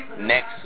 next